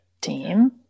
Team